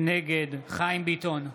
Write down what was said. נגד חיים ביטון,